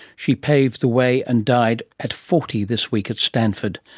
she paved the way and died at forty this week at stanford.